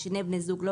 שני בני הזוג,